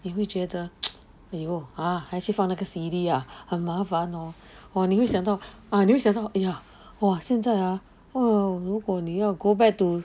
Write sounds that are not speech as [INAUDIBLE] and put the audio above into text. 也会觉得 [NOISE] !aiyo! !huh! 还去放那个 C_D ah 很麻烦 hor oh 你会想到你会想到 !aiya! !wah! 现在啊 !wow! 如果你要 go back to